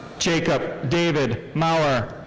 jacob david mauer.